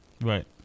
Right